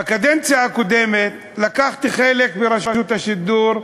בקדנציה הקודמת לקחתי חלק ברשות השידור,